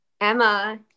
Emma